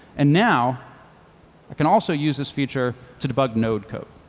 and now i can also use this feature to debug node code.